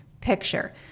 picture